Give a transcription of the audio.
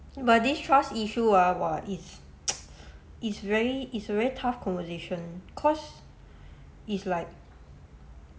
but this trust issue ah !wah! it's is very is a really tough conversation cause is like